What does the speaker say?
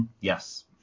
Yes